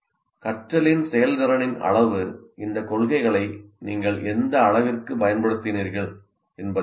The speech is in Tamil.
கற்றலின் செயல்திறனின் அளவு இந்த கொள்கைகளை நீங்கள் எந்த அளவிற்குப் பயன்படுத்தினீர்கள் என்பதைப் பொறுத்தது